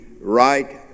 right